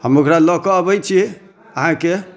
हम ओकरा लअ कऽ अबै छी अहाँके